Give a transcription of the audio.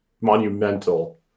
monumental